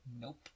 Nope